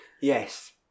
Yes